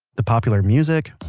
the popular music,